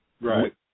Right